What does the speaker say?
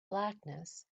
blackness